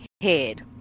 head